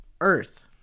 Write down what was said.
Earth